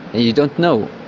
you don't know.